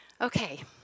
Okay